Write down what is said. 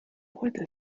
heute